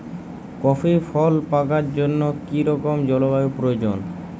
Coffee ফল পাকার জন্য কী রকম জলবায়ু প্রয়োজন?